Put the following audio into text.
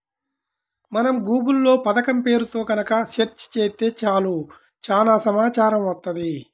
మనం గూగుల్ లో పథకం పేరుతో గనక సెర్చ్ చేత్తే చాలు చానా సమాచారం వత్తది